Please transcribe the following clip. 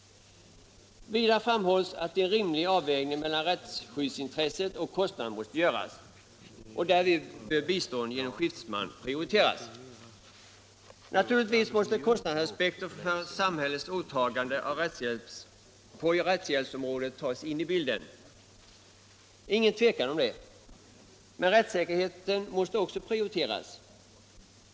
Vidare framhålls att en rimlig avvägning mellan rättsskyddsintresset och kostnaderna måste göras, och därvid bör bistånd genom skiftesman prioriteras. Naturligtvis måste kostnadsaspekter för samhällets åtagande på rättshjälpsområdet tas in i bilden. Det råder ingen tvekan om det. Men också rättssäkerheten måste prioriteras.